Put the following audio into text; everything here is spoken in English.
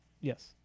Yes